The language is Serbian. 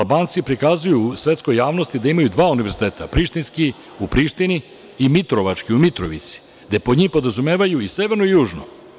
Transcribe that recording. Albanci prikazuju svetskoj javnosti da imaju dva univerziteta prištinski u Prištini i mitrovački u Mitrovici, gde po njih podrazumevaju i severnu i južnu.